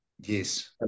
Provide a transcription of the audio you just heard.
Yes